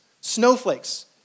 snowflakes